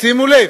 שימו לב,